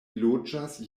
loĝas